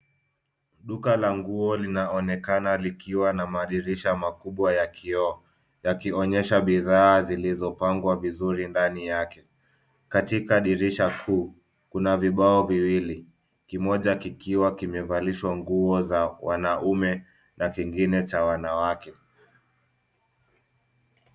Duka la nguo linaonekana likiwa na madirisha makubwa ya kioo yakionyesha bidhaa zilizopangwa vizuri ndani yake, katika dirisha kuu kuna vibao viwili kimoja kikiwa kimevalishwa nguo za wanaume na kingine cha wanawake.